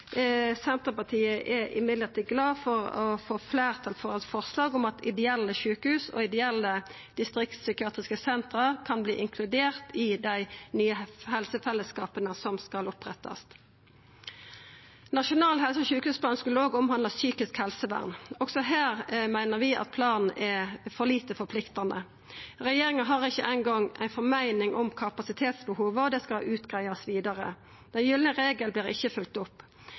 Senterpartiet er glad for å få fleirtal for eit forslag om at ideelle sjukehus og ideelle distriktspsykiatriske senter kan verta inkluderte i dei nye helsefellesskapa som skal opprettast. Nasjonal helse- og sjukehusplan skulle òg handla om psykisk helsevern. Også her meiner vi at planen er for lite forpliktande. Regjeringa har ikkje eingong ei meining om kapasitetsbehova, og det skal greiast ut vidare. Den gylne regelen vert ikkje følgd opp.